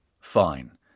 Fine